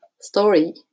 story